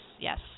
Yes